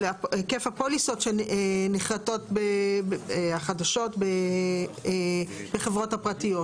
היקף הפוליסות החדשות בחברות הפרטיות.